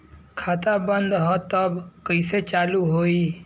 खाता बंद ह तब कईसे चालू होई?